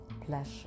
pleasure